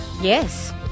Yes